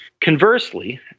Conversely